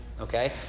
okay